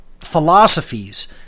philosophies